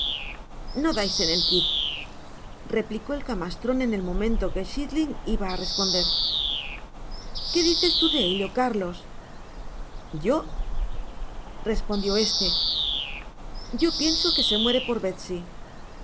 no dais en el quid replicó el camastron en el momento que cbitlingiba á responderqué dices tu de ello carlos yo respondió este yo pienso que se muere por betsy